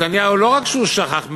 נתניהו לא רק שכח מאתנו,